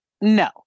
No